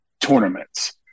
tournaments